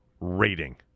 rating